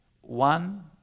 one